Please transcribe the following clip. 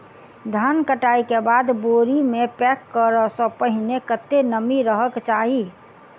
धान कटाई केँ बाद बोरी मे पैक करऽ सँ पहिने कत्ते नमी रहक चाहि?